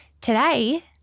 Today